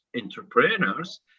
entrepreneurs